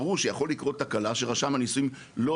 ברור שיכולה לקרות תקלה שרשם הנישואים לא